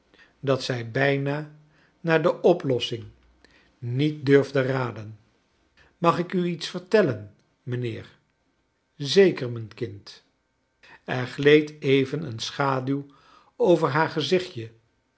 dat zij bijna naar de oplossing niet durfde raden mag ik u iets ertellen mijnheer zeker mij n kind er gleed even een schaduw over haar gezichtje